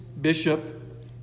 Bishop